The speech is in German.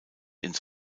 ins